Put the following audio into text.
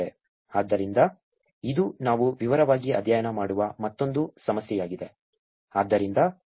ಆದ್ದರಿಂದ ಇದು ನಾವು ವಿವರವಾಗಿ ಅಧ್ಯಯನ ಮಾಡುವ ಮತ್ತೊಂದು ಸಮಸ್ಯೆಯಾಗಿದೆ